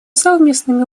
совместными